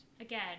again